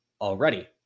already